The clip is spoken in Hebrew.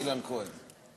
אילן כהן.